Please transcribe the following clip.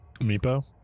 Meepo